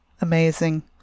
Amazing